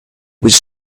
was